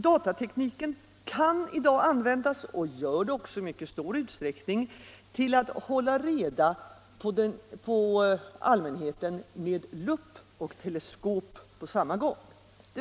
Datatekniken kan i dag användas — och gör det också i stor utsträckning -— till att hålla reda på den enskilde med lupp och teleskop på samma gång.